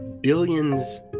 billions